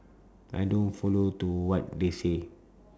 I don't follow to what they say